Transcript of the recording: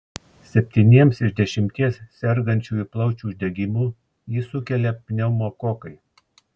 septyniems iš dešimties sergančiųjų plaučių uždegimu jį sukelia pneumokokai